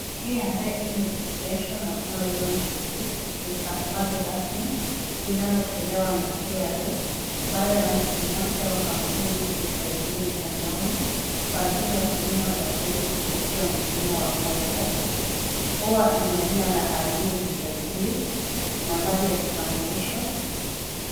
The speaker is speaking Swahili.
KRA e-registration acknowledgement receipt, ni stakabadhi rasmi. Inayotolewa na KRA, baada ya mtu binafsi au kampuni kujisajili mtandaoni kwa ajili ya huduma za kodi kupitia mfumo wa i-tax. Huwa ina jina la aliyejisajili, nambari ya kitambulisho.